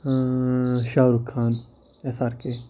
Shah Rukh Khan S R K